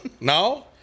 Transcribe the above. No